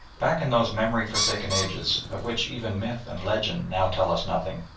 back in those memory forsaken ages, of which even myth and legend now tell us nothing,